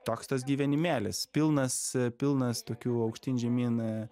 toks tas gyvenimėlis pilnas pilnas tokių aukštyn žemyn